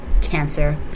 cancer